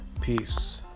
Peace